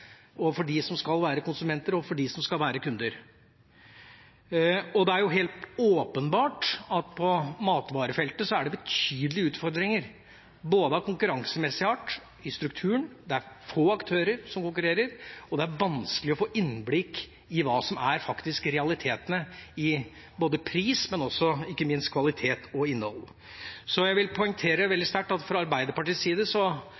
som skal være konsumenter, og overfor dem som skal være kunder. Det er også helt åpenbart at på matvarefeltet er det betydelige utfordringer av konkurransemessig art i strukturen, det er få aktører som konkurrerer, og det er vanskelig å få innblikk i hva som faktisk er realitetene når det gjelder pris og ikke minst kvalitet og innhold. Så jeg vil poengtere veldig sterkt at fra Arbeiderpartiets side